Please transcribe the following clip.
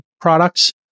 products